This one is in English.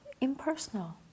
impersonal